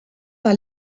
par